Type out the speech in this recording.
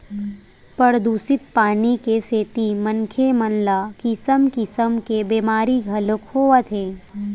परदूसित पानी के सेती मनखे मन ल किसम किसम के बेमारी घलोक होवत हे